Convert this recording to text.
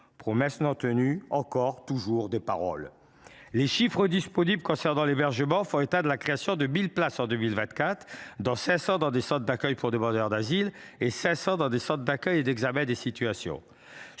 Promesse non tenue ! Paroles, encore et toujours ! Les chiffres disponibles concernant l’hébergement font état de la création de 1 000 places en 2024 – 500 dans des centres d’accueil pour demandeurs d’asile et 500 dans des centres d’accueil et d’examen des situations